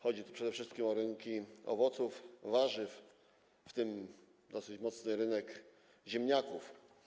Chodzi tu przede wszystkim o rynki owoców, warzyw, w tym dosyć mocny rynek ziemniaków.